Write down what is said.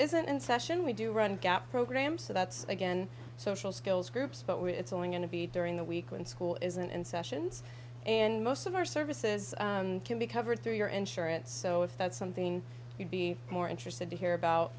isn't in session we do run gap program so that's again social skills groups but we're it's only going to be during the week when school isn't in sessions and most of our services can be covered through your insurance so if that's something you'd be more interested to hear about